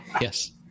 yes